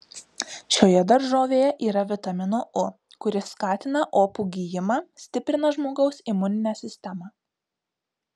šioje daržovėje yra vitamino u kuris skatina opų gijimą stiprina žmogaus imuninę sistemą